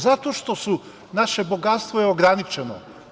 Zato što je naše bogatstvo ograničeno.